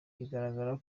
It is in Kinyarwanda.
biragaragara